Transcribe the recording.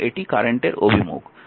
এবং এটি কারেন্টের অভিমুখ